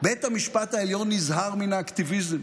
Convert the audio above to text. בית המשפט העליון נזהר מן האקטיביזם.